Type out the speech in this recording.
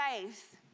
faith